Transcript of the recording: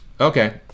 Okay